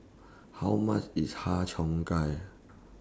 How much IS Har Cheong Gai